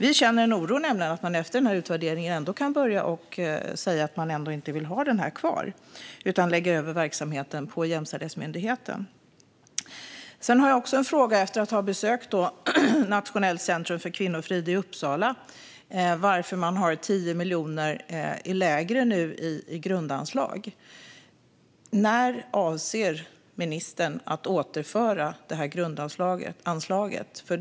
Vi känner en oro för att man efter denna utvärdering kommer att säga att man inte vill ha kvar detta utan lägga över verksamheten på Jämställdhetsmyndigheten. Efter att ha besökt Nationellt centrum för kvinnofrid i Uppsala undrar jag varför grundanslaget har minskat med 10 miljoner. När avser ministern att återföra dessa pengar till grundanslaget?